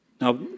Now